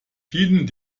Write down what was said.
vielen